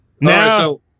Now